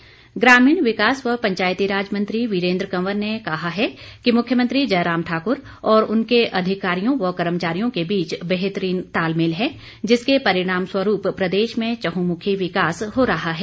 वीरेन्द्र कंवर ग्रामीण विकास व पंचायतीराज मंत्री वीरेन्द्र कंवर ने कहा है कि मुख्यमंत्री जयराम ठाकर और उनके अधिकारियों व कर्मचारियों के बीच बेहतरीन तालमेल है जिसके परिणाम स्वरूप प्रदेश में चहुंमुखी विकास हो रहा है